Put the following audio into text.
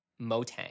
Motang